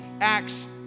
Acts